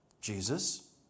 Jesus